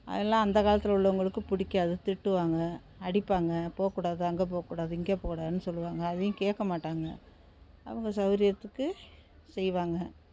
அதலாம் அந்தக் காலத்தில் உள்ளவங்களுக்கு பிடிக்காது திட்டுவாங்க அடிப்பாங்க போகக்கூடாது அங்கே போகக்கூடாது இங்கே போகக்கூடான்னு சொல்வாங்க அதையும் கேட்க மாட்டாங்க அவங்க சௌகரியத்துக்கு செய்வாங்க